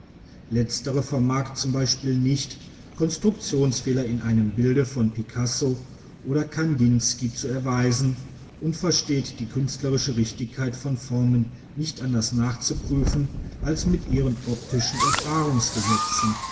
letztere vermag z b nicht konstruktionsfehler in einem bilde von picasso oder kandinsky zu erweisen und versteht die künstlerische richtigkeit von formen nicht anders nachzuprüfen als mit ihren optischen